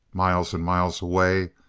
miles and miles away,